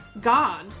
god